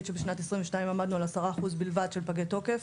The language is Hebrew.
שבשנת 2022 עמדנו על 10% בלבד של פגי תוקף,